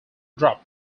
drop